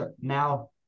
now